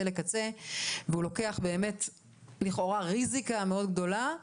אל קצה והוא לוקח לכאורה ריזיקה גדולה מאוד.